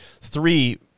three